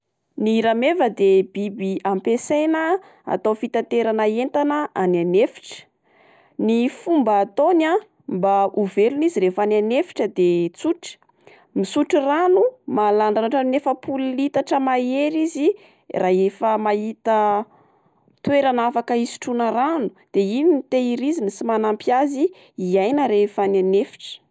Ny rameva de biby ampiasaina atao fitanterana entana any an'efitra. Ny fomba ataony a mba ho velona izy any an'efitra de tsotra: misotro rano mahalany rano atran'ny amin'ny efapolo litatra mahery izy raha efa mahita toerana afaka isotroana rano de iny no tehiriziny sy manampy azy iaina rehefa any an'efitra.